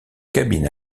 cabine